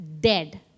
dead